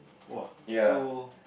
!wah! so